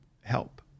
help